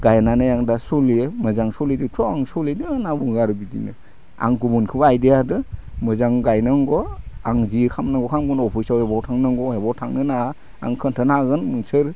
गायनानै आं दा सोलियो मोजां सोलिदोंथ' आं सोलिदों होनना बुङो आरो बिदिनो आं गुबुनखोबो आइडिया होदो मोजां गायनांगौ आं जि खालामनांगौ खालामगोन अफिसावबो थांनांगौ हबाव थांनांगोन आंहा आं खोन्थाना होगोन नोंसोर